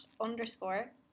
underscore